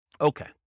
Okay